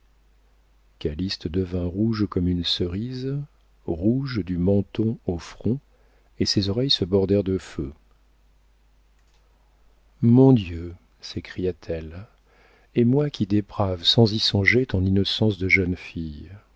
point calyste devint rouge comme une cerise rouge du menton au front et ses oreilles se bordèrent de feu mon dieu s'écria-t-elle et moi qui déprave sans y songer ton innocence de jeune fille